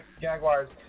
Jaguars